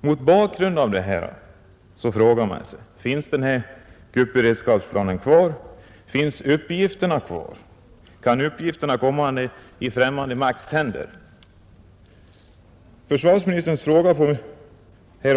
Mot bakgrunden av det här måste man fråga sig: Finns kuppberedskapsplanen kvar? Finns uppgifterna kvar? Kan uppgifterna komma i främmande makts händer? På frågan,